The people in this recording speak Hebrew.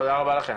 תודה רבה לכם.